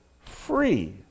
free